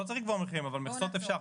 לא צריך לקבוע מחירים, אבל מכסות אפשר.